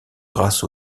grâce